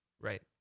Right